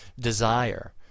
desire